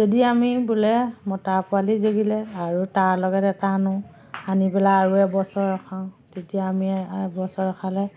যদি আমি বোলে মতা পোৱালি জগিলে আৰু তাৰ লগত এটা আনো আনি পেলাই আৰু এবছৰ ৰখাওঁ তেতিয়া আমি বছৰ ৰখালে